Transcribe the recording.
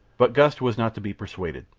but gust was not to be persuaded.